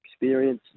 experience